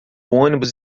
ônibus